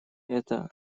это